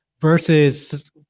versus